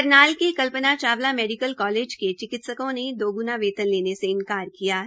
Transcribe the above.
करनाल के Kalpana Chawla medical college के चिकित्सकों ने दोग्णा वेतन लेने से इन्कार किया है